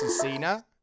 Cena